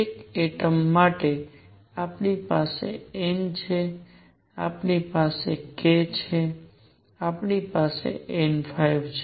એક એટમ માટે આપણી પાસે n છે આપણી પાસે k છે આપણી પાસે n છે